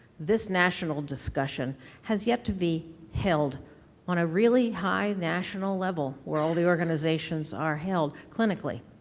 this national discussion has yet to be held on a really high national level where all the organizations are held clinically,